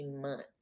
months